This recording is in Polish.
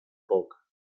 bok